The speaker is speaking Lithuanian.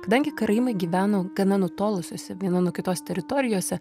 kadangi karaimai gyveno gana nutolusiose viena nuo kitos teritorijose